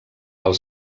als